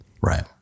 Right